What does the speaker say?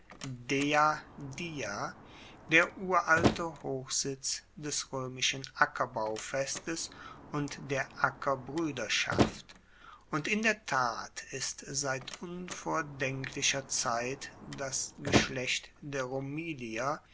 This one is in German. uralte hochsitz des roemischen ackerbaufestes und der ackerbruederschaft und in der tat ist seit unvordenklicher zeit das geschlecht der